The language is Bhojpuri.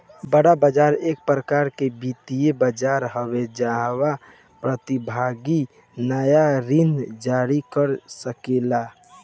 बांड बाजार एक प्रकार के वित्तीय बाजार हवे जाहवा प्रतिभागी नाया ऋण जारी कर सकेला